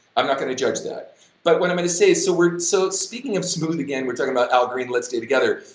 i'm not gonna judge that but what i'm gonna say is so we're so speaking of smooth again we're talking about al green let's stay together.